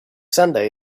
sunday